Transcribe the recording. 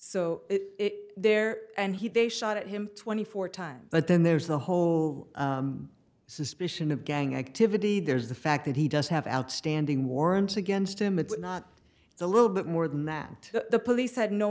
so it there and he they shot him twenty four times but then there's the whole suspicion of gang activity there's the fact that he does have outstanding warrants against him it's not it's a little bit more than that the police had no